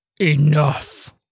Enough